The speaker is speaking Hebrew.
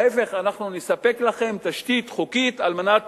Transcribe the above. להיפך, אנחנו נספק לכם תשתית חוקית, על מנת